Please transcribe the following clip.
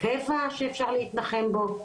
טבע שאפשר להתנחם בו,